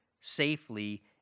safely